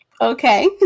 Okay